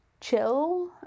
chill